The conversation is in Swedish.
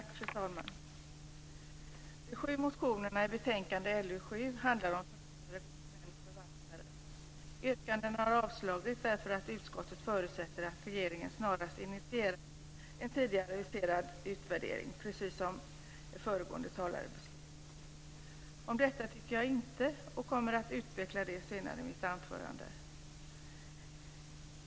Fru talman! De sju motionerna i betänkande LU7 handlar om förmyndare, gode män och förvaltare. De har avstyrkts därför att utskottet förutsätter att regeringen snarast initierar en tidigare aviserad utvärdering, precis som föregående talare beskrev. Om detta tycker jag inte, och jag kommer att utveckla det senare i mitt anförande.